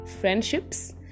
friendships